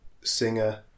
singer